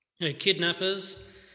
Kidnappers